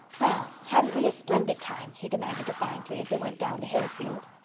well, hadn't we a splendid time? he demanded defiantly, as they went down the hill field.